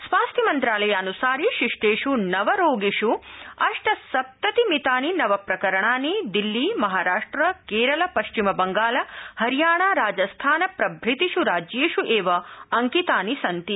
स्वास्थ्यमंत्रालयानसारि शिष्टेष नवरोगिष् अष्टसप्नतिमितानि नवप्रकरणानि दिल्ली महाराष्ट्र केरल पश्चिम बंगाल हरियाणा राजस्थान प्रभृतिष् राज्येष् एव अंकितानि सन्ति